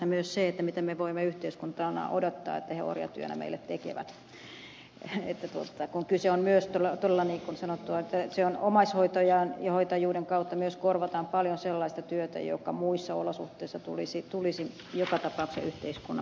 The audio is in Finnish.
on myös kysymys siitä miten me voimme yhteiskuntana odottaa että he orjatyönä meille tekevät työtä kun kyse on myös todella siitä niin kuin sanottua että omaishoitajuuden kautta myös korvataan paljon sellaista työtä joka muissa olosuhteissa tulisi joka tapauksessa yhteiskunnan maksatettavaksi